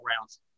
rounds